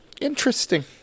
Interesting